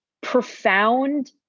profound